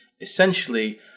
essentially